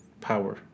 power